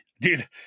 Dude